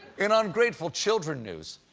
in ungrateful children news,